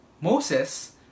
Moses